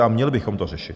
A měli bychom to řešit.